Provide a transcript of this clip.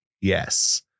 Yes